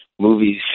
movies